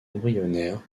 embryonnaire